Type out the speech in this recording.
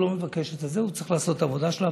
הוא לא מבקש את זה, הוא צריך לעשות את העבודה שלו.